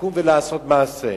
לקום ולעשות מעשה.